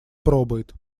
пробует